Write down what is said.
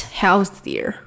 healthier